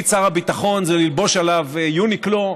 שר הביטחון זה ללבוש עליו יוניקלו,